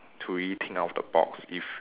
to rethink out of the box if